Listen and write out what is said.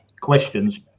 questions